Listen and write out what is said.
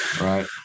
right